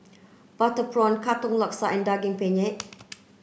butter prawn Katong Laksa and Daging Penyet